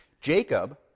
Jacob